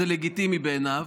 זה לגיטימי בעיניו.